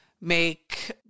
make